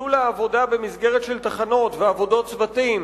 ביטול העבודה במסגרת תחנות ועבודת צוותים